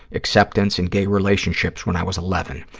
acceptance and gay relationships when i was eleven.